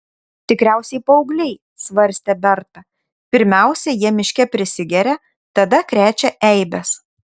tikriausiai paaugliai svarstė berta pirmiausia jie miške prisigeria tada krečia eibes